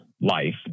life